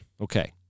Okay